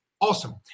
Awesome